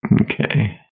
Okay